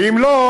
ואם לא,